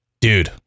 Dude